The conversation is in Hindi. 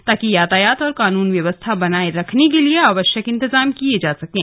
ताकि यातायात और कानून व्यवस्था बनाए रखने के लिए आवश्यक इंतजाम किये जा सकें